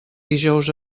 dijous